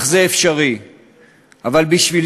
ומאז,